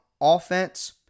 offense